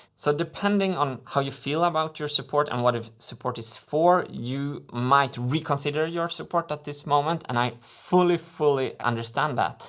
so, depending on how you feel about your support and what the support is for, you might reconsider your support at this moment and i fully, fully understand that.